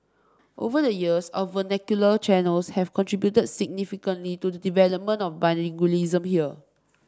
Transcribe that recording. over the years our vernacular channels have contribute significantly to the development of bilingualism here